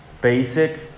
basic